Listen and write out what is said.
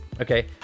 okay